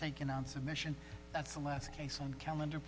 taken on submission that's the last case on calendar